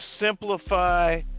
simplify